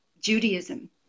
Judaism